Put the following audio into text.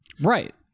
right